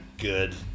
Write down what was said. good